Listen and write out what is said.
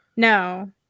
No